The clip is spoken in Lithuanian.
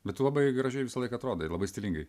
bet tu labai gražiai visą laiką atrodai labai stilingai